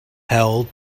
held